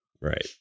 Right